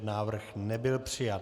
Návrh nebyl přijat.